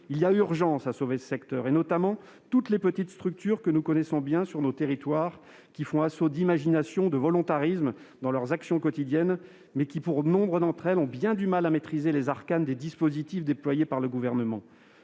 Il y a urgence à sauver ce secteur, notamment toutes ces petites structures que nous connaissons bien sur nos territoires, qui font assaut d'imagination et de volontarisme dans leurs actions quotidiennes, mais qui, pour nombre d'entre elles, ont bien du mal à maîtriser les arcanes des dispositifs déployés par le Gouvernement.